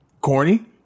corny